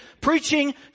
preaching